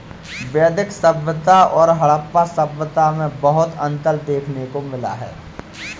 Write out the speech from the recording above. वैदिक सभ्यता और हड़प्पा सभ्यता में बहुत अन्तर देखने को मिला है